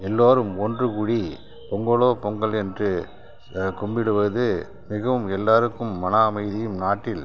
எல்லோரும் ஒன்று கூடி பொங்கலோ பொங்கல் என்று சிலர் கும்பிடுவது மிகவும் எல்லோருக்கும் மன அமைதியும் நாட்டில்